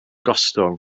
gostwng